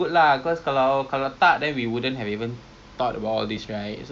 three rides one blue one orange one green thirty five dollars